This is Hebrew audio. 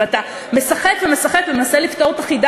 ואתה משחק ומשחק ומנסה לפתור את החידה,